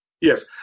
yes